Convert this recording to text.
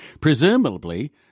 Presumably